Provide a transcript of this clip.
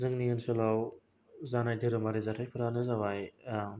जोंनि ओन्सोलाव जानाय धोरोमारि जाथायफोरानो जाबाय